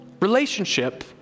relationship